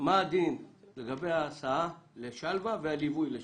מה הדין לגבי ההסעה לשלווה והליווי לשם?